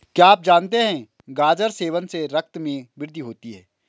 क्या आप जानते है गाजर सेवन से रक्त में वृद्धि होती है?